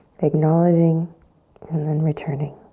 acknowledging and then returning.